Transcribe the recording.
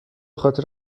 خاطر